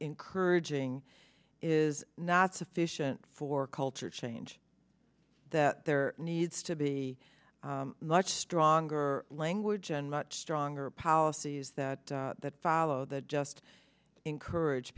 encouraging is not sufficient for culture change that there needs to be much stronger language and much stronger policies that follow that just encourage